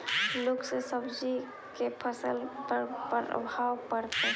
लुक से सब्जी के फसल पर का परभाव पड़तै?